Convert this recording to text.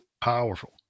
powerful